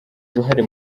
uruhare